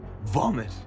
Vomit